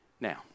Now